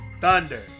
Thunder